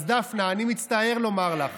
אז דפנה, אני מצטער לומר לך